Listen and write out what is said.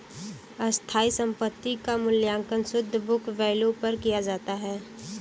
स्थायी संपत्ति क मूल्यांकन शुद्ध बुक वैल्यू पर किया जाता है